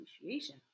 appreciation